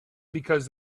because